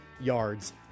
yards